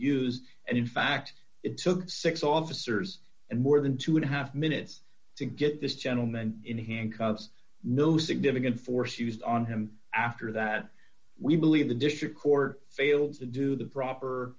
use and in fact it took six officers and more than two and a half minutes to get this gentleman in handcuffs mills significant force used on him after that we believe the disher corps failed to do the proper